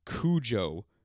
Cujo